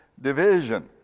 division